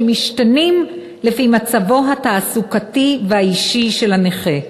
שמשתנים לפי מצבו התעסוקתי והאישי של הנכה.